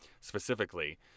specifically